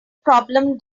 problem